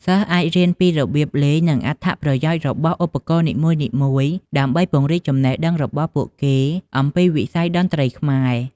សិស្សអាចរៀនពីរបៀបលេង និងទទួលបានអត្ថប្រយោជន៍របស់ឧបករណ៍នីមួយៗដើម្បីពង្រីកចំណេះដឹងរបស់ពួកគេអំពីវិស័យតន្ត្រីខ្មែរ។